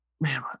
Man